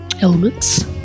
Elements